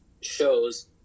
shows